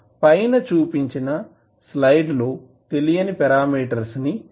పైన చూపించిన స్లైడ్ లో తెలియని పారామీటర్స్ ని కనుక్కోవడం చూడవచ్చు